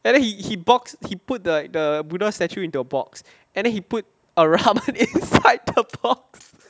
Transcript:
and then he he box he put the the buddha statue into a box and then he put a ramen inside the box